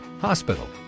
hospital